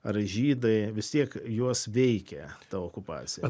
ar žydai vis tiek juos veikė ta okupacija